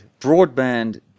Broadband